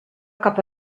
cap